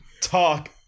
talk